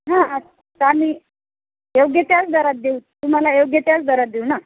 हां आता आम्ही योग्य त्याच दरात देऊ तुम्हाला योग्य त्याच दरात देऊ ना